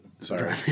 sorry